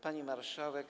Pani Marszałek!